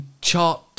chart